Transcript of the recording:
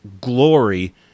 glory